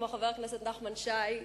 כמו חבר הכנסת נחמן שי,